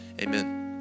amen